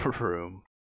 room